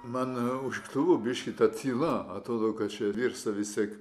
man užkliuvo biškį ta tyla atrodo kad čia virsta vis tiek